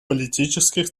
политических